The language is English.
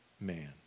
Man